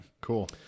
cool